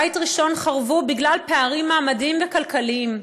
בית ראשון חרב בגלל פערים מעמדיים וכלכליים,